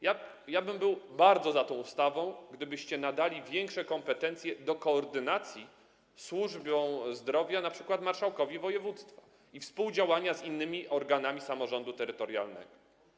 Ja bym był bardzo za tą ustawą, gdybyście nadali większe kompetencje w zakresie koordynacji służby zdrowia np. marszałkowi województwa, jeśli chodzi o współdziałanie z innymi organami samorządu terytorialnego.